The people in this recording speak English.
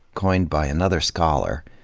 coined by another scholar,